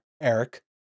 Eric